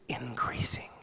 increasing